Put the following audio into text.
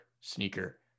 sneaker